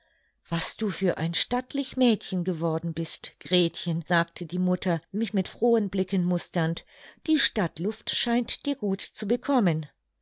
was du für ein stattlich mädchen geworden bist gretchen sagte die mutter mich mit frohen blicken musternd die stadtluft scheint dir gut zu bekommen